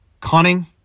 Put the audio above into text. cunning